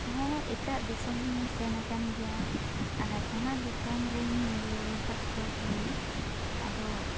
ᱦᱚᱸ ᱮᱴᱟᱜ ᱫᱤᱥᱚᱢ ᱦᱚᱧ ᱥᱮᱱ ᱠᱟᱱ ᱜᱮᱭᱟ ᱟᱨ ᱚᱱᱟ ᱫᱤᱥᱚᱢ ᱨᱮᱧ ᱧᱮᱞᱟᱠᱟᱫ ᱠᱚᱣᱟ ᱪᱮᱬᱮ ᱟᱫᱚ